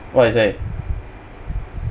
what he say